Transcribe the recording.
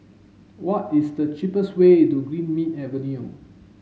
what is the cheapest way to Greenmead Avenue